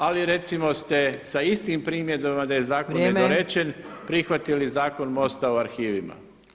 Ali recimo ste sa istim primjedbama da je zakon nedorečen [[Upadica Opačić: Vrijeme.]] prihvatili zakon MOST-ov o arhivima.